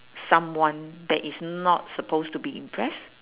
someone that is not supposed to be impressed